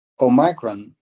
Omicron